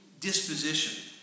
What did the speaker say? disposition